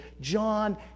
John